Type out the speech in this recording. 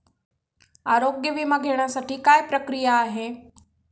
आरोग्य विमा घेण्यासाठी काय प्रक्रिया आहे?